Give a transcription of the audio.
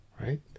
Right